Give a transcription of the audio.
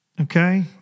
Okay